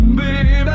baby